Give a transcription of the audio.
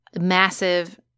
massive